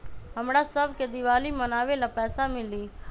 हमरा शव के दिवाली मनावेला पैसा मिली?